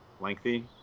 lengthy